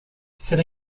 será